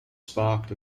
sparked